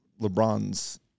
LeBron's